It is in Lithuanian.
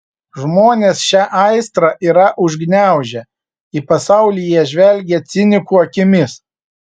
žmonės šią aistrą yra užgniaužę į pasaulį jie žvelgia cinikų akimis